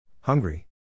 Hungry